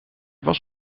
was